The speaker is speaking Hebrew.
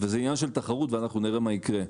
זה עניין של תחרות, ואנחנו נראה מה יקרה.